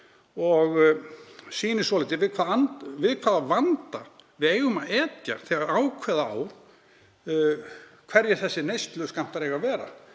og sýnir svolítið við hvaða vanda við eigum að etja þegar ákveða á hverjir þessir neysluskammtar eiga að vera,